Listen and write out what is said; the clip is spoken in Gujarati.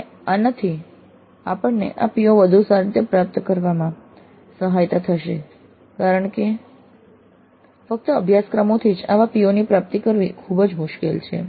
અને આનાથી આપણને આ PO વધુ સારી રીતે પ્રાપ્ત કરવામાં સાહત થશે કારણ કે ફક્ત અભ્યાસક્રમોથી જ આવા POની પ્રાપ્તિ કરવી ખૂબ જ મુશ્કેલ છે